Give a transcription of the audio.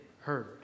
heard